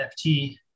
NFT